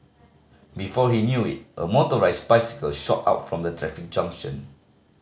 before he knew it a motorised bicycle shot out from the traffic junction